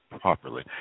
properly